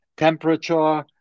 Temperature